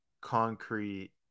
concrete